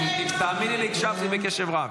תאמיני לי, הקשבתי בקשב רב.